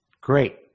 Great